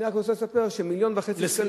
אני רק רוצה לספר שמיליון וחצי שקלים,